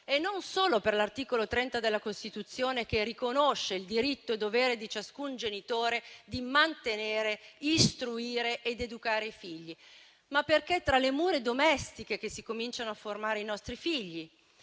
e non solo per l'articolo 30 della Costituzione, che riconosce il diritto e dovere di ciascun genitore di mantenere, istruire ed educare i figli, ma perché è tra le mura domestiche che si cominciano a formare i nostri figli,